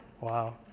Wow